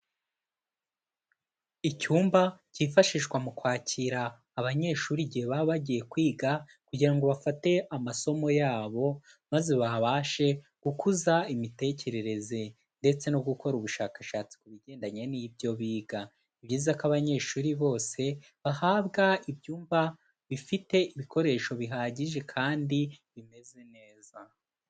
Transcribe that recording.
Icyumba kifashishwa mu kwakira abanyeshuri igihe baba bagiye kwiga kugira ngo bafate amasomo yabo, maze babashe gukuza imitekerereze ndetse no gukora ubushakashatsi ku bigendanye n'ibyo biga. Ni byiza ko abanyeshuri bose bahabwa ibyumba bifite ibikoresho bihagije kandi bimeze neza.